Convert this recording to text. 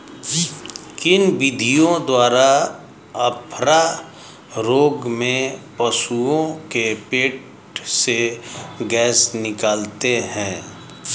किन विधियों द्वारा अफारा रोग में पशुओं के पेट से गैस निकालते हैं?